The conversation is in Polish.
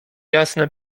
jasne